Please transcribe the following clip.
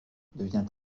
devient